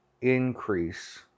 increase